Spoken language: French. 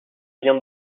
lien